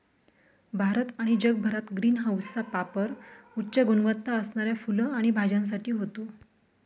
भारत आणि जगभरात ग्रीन हाऊसचा पापर उच्च गुणवत्ता असणाऱ्या फुलं आणि भाज्यांसाठी होतो